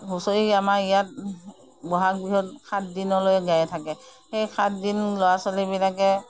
হুঁচৰি আমাৰ ইয়াত বহাগ বিহুত সাতদিনলৈ গাই থাকে সেই সাতদিন ল'ৰা ছোৱালীবিলাকে